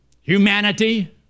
humanity